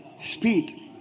Speed